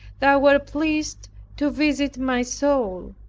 thou wert pleased to visit my soul,